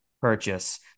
purchase